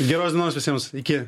geros dienos visiems iki